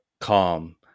calm